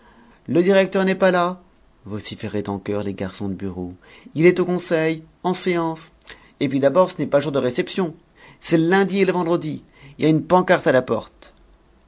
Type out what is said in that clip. le directeur n'est pas là vociféraient en chœur les garçons de bureau il est au conseil en séance et puis d'abord ce n'est pas jour de réception c'est le lundi et le vendredi il y a une pancarte à la porte